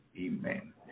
Amen